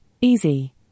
easy